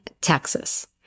Texas